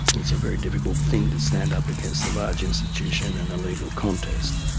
it's a very difficult thing to stand up against a large institution in a legal contest.